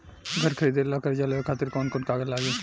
घर खरीदे ला कर्जा लेवे खातिर कौन कौन कागज लागी?